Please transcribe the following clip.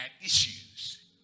issues